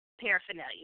paraphernalia